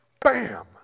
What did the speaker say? Bam